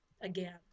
again